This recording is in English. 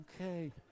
okay